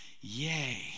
Yay